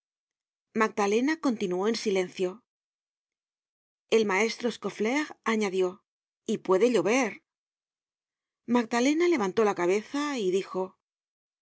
magdalena continuó en silencio el maestro scautlaire añadió y puede llover magdalena levantó la cabeza y dijo